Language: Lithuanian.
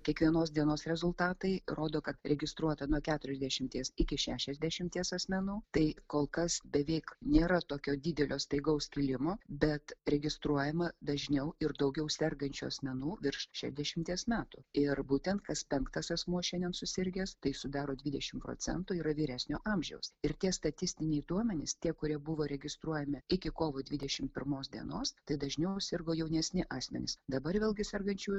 kiekvienos dienos rezultatai rodo kad registruota nuo keturiasdešimties iki šešiasdešimties asmenų tai kol kas beveik nėra tokio didelio staigaus kilimo bet registruojama dažniau ir daugiau sergančių asmenų virš šešdešimties metų ir būtent kas penktas asmuo šiandien susirgęs tai sudaro dvidešim procentų yra vyresnio amžiaus ir tie statistiniai duomenys tie kurie buvo registruojami iki kovo dvidešimt pirmos dienos tai dažniau sirgo jaunesni asmenys dabar vėlgi sergančiųjų